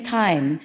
time